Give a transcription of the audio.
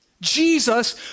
Jesus